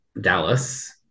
Dallas